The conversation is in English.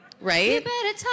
right